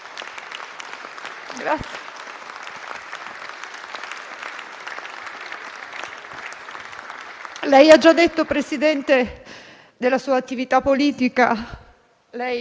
Lei ha già detto, signor Presidente, della sua attività politica.